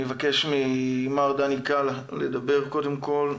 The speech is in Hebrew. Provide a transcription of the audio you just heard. אני מבקש ממר דני קלע לדבר קודם כל,